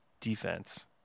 defense